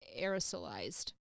aerosolized